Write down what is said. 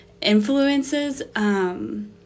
influences